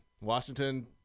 Washington